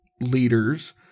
leaders